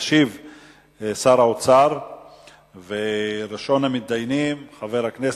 הצעות לסדר-היום שמספרן 2333, 2341 ו-2368.